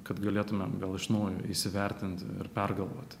kad galėtumėm vėl iš naujo įsivertinti ir pergalvoti